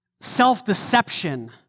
self-deception